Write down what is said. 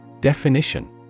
Definition